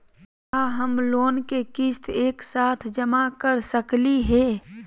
का हम लोन के किस्त एक साथ जमा कर सकली हे?